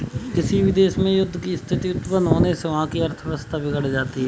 किसी भी देश में युद्ध की स्थिति उत्पन्न होने से वहाँ की अर्थव्यवस्था बिगड़ जाती है